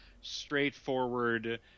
straightforward